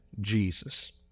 Jesus